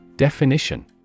Definition